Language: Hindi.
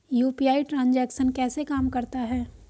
यू.पी.आई ट्रांजैक्शन कैसे काम करता है?